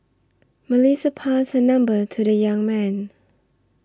Melissa passed her number to the young man